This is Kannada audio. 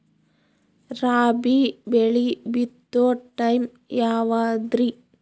ರಾಬಿ ಬೆಳಿ ಬಿತ್ತೋ ಟೈಮ್ ಯಾವದ್ರಿ?